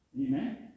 Amen